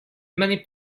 many